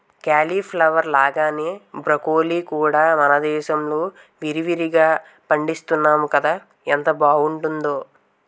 cauliflower లాగానే broccoli కూడా మనదేశంలో విరివిరిగా పండిస్తున్నాము కదా ఎంత బావుంటుందో